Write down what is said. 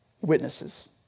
witnesses